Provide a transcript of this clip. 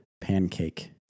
pancake